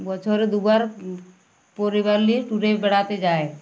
বছরে দুবার পরিবার নিয়ে ট্যুরে বেড়াতে যায়